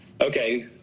okay